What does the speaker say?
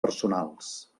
personals